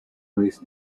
race